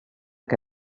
que